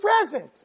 present